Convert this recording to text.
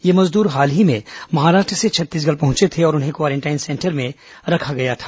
ये मजदूर हाल ही में महाराष्ट्र से छत्तीसगढ़ पहुंचे थे और उन्हें क्वारेंटाइन सेंटर में रखा गया था